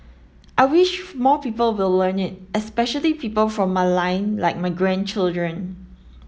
I wish more people will learn it especially people from my line like my grandchildren